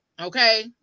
Okay